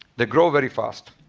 they grow very fast.